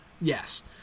yes